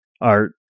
art